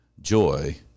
joy